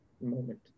moment